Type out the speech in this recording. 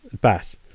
bass